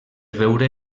veure